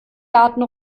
garten